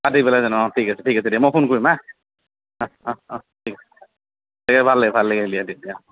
অ' ঠিক আছে ঠিক আছে দিয়া মই ফোন কৰিম হা অহ অহ অহ ভাল লাগিল ভাল লাগিল দিয়া